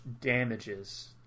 damages